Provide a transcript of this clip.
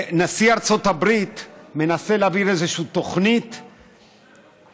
נשיא ארצות הברית מנסה להעביר איזו תוכנית אדירה,